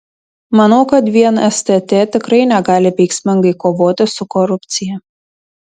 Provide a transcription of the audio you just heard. manau kad vien stt tikrai negali veiksmingai kovoti su korupcija